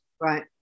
Right